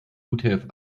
utf